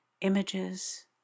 images